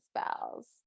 spells